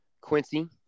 Quincy